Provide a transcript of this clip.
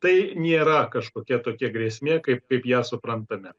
tai nėra kažkokia tokia grėsmė kaip kaip ją suprantame